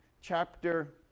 chapter